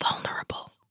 vulnerable